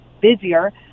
busier